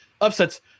upsets